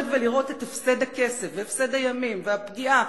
ולראות את הפסד הכסף והפסד הימים והפגיעה,